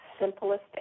simplest